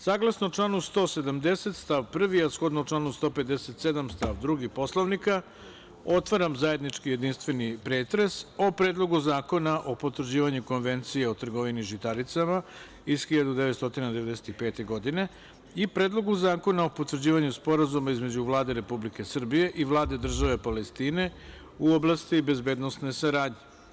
Saglasno članu 170. stav 1, a shodno članu 157. stav 2. Poslovnika otvaram zajednički jedinstveni pretres o Predlogu zakona o potvrđivanju Konvencije o trgovini žitaricama iz 1995. godine i Predlogu zakona o potvrđivanju Sporazuma između Vlade Republike Srbije i Vlade države Palestine u oblasti bezbednosne saradnje.